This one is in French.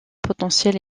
potentiel